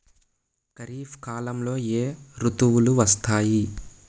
ఖరిఫ్ కాలంలో ఏ ఋతువులు వస్తాయి?